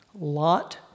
Lot